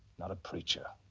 not a creature.